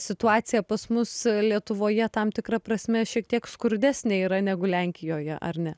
situacija pas mus lietuvoje tam tikra prasme šiek tiek skurdesnė yra negu lenkijoje ar ne